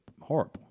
horrible